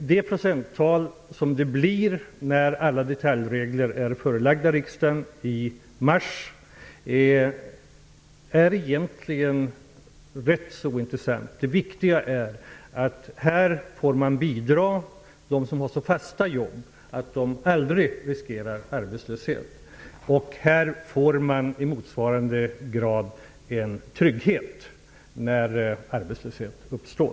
Procenttalet, när alla detaljregler är förelagda riksdagen i mars, är egentligen rätt så ointressant. Det viktiga är att man får bidrag och i motsvarande grad en trygghet när arbetslöshet uppstår.